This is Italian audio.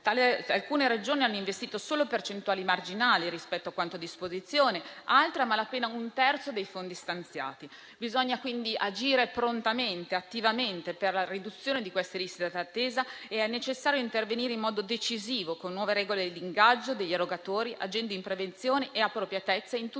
Alcune Regioni hanno investito solo percentuali marginali rispetto a quanto a disposizione; altre a mala pena un terzo dei fondi stanziati. Bisogna, quindi, agire prontamente ed attivamente per la riduzione di queste liste d'attesa. È necessario intervenire in modo decisivo, con nuove regole di ingaggio degli erogatori, agendo in prevenzione e appropriatezza in tutta